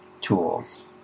tools